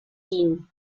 dean